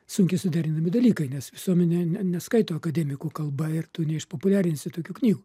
sunkiai suderinami dalykai nes visuomenė ne neskaito akademikų kalba ir tu neišpopuliarinsi tokių knygų